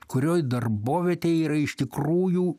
kurioj darbovietėj yra iš tikrųjų